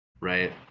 right